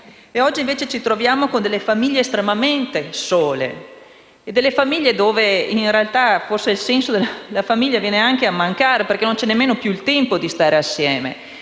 Oggi invece ci troviamo con famiglie estremamente sole, dove in realtà forse il senso della famiglia viene anche a mancare, perché non c'è nemmeno più il tempo di stare assieme,